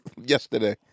yesterday